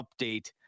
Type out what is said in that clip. update